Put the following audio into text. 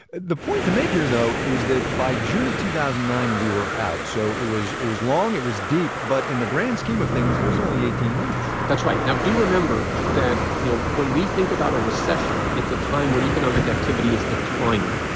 the point to make here though is that by june of two thousand and nine we were out, so it was it was long, and it was deep. but in the grand scheme of things, it was only eighteen months that's right. now, do remember that, you know, when we think about a recession, it's a time when economic activity is declining.